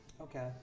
Okay